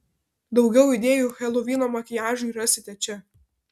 daugiau idėjų helovyno makiažui rasite čia